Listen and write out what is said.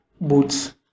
boots